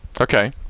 Okay